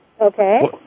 Okay